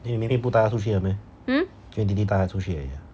你明天不带它出去的 meh 只有你弟弟带它出去而已 ah